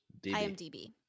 IMDb